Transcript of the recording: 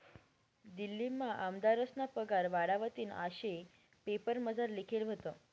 दिल्लीमा आमदारस्ना पगार वाढावतीन आशे पेपरमझार लिखेल व्हतं